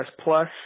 Plus